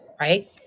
right